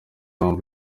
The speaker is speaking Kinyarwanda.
mpamvu